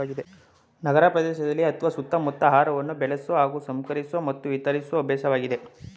ನಗರಪ್ರದೇಶದಲ್ಲಿ ಅತ್ವ ಸುತ್ತಮುತ್ತ ಆಹಾರವನ್ನು ಬೆಳೆಸೊ ಹಾಗೂ ಸಂಸ್ಕರಿಸೊ ಮತ್ತು ವಿತರಿಸೊ ಅಭ್ಯಾಸವಾಗಿದೆ